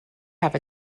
have